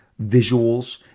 visuals